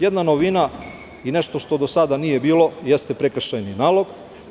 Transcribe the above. Jedna novina i nešto što do sada nije bilo jeste prekršajni nalog.